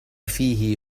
فيه